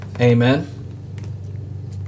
Amen